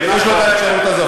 זה,